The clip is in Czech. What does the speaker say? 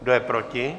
Kdo je proti?